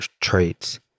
traits